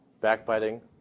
backbiting